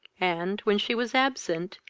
and, when she was absent,